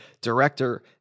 director